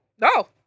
no